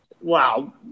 wow